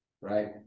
right